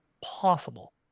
possible